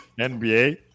NBA